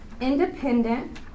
Independent